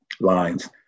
lines